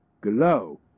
Glow